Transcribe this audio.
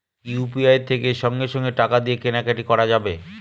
UPI থেকে সঙ্গে সঙ্গে টাকা দিয়ে কেনা কাটি করা যাবে